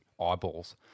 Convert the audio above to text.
eyeballs